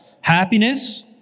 Happiness